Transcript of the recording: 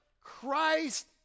Christ